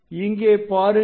இங்கே பாருங்கள்